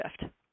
shift